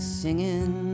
singing